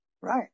Right